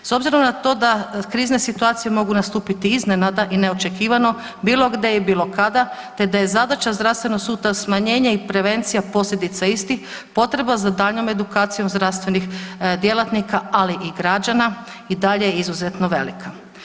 S obzirom na to da krizne situacije mogu nastupiti iznenada i neočekivano, bilo gdje i bilo kada, te da je zadaća zdravstvenog sustava smanjenje i prevencija posljedica istih potreba za daljnjom edukacijom zdravstvenih djelatnika, ali i građana i dalje je izuzetno velika.